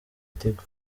tigo